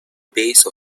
base